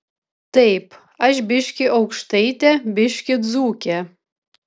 taip aš biškį aukštaitė biškį dzūkė